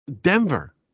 Denver